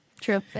True